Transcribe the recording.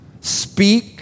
speak